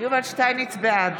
בעד